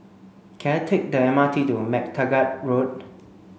can I take the M R T to MacTaggart Road